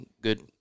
good